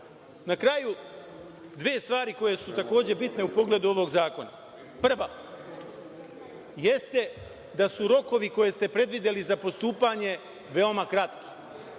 kraju, dve stvari koje su takođe bitne u pogledu ovog zakona. Prva, jeste da su rokovi koje ste predvideli za postupanje veoma kratki.